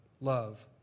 Love